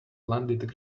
landed